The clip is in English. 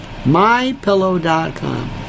MyPillow.com